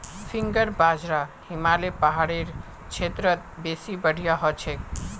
finger बाजरा हिमालय पहाड़ेर क्षेत्रत बेसी बढ़िया हछेक